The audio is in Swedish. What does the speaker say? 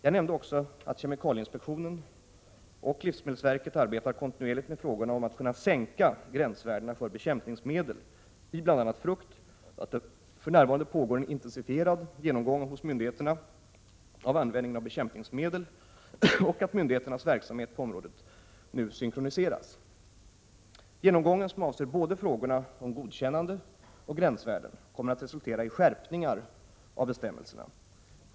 Jag nämnde också att kemikalieinspektionen och livsmedelsverket arbetar kontinuerligt med frågorna om att kunna sänka gränsvärdena för bekämpningsmedel i bl.a. frukt, att det för närvarande pågår en intensifierad genomgång hos myndigheterna av användningen av bekämpningsmedel och att myndigheternas verksamhet på området nu synkroniseras. Genomgången, som avser frågorna om både godkännande och gränsvärden, kommer att resultera i skärpningar av bestämmelserna.